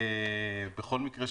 בכל מקרה,